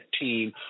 team